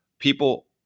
people